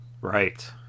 Right